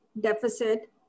deficit